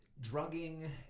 drugging